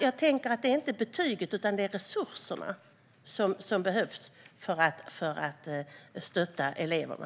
Jag tänker alltså att det inte handlar om betyg utan om resurser för att stötta eleverna.